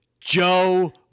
Joe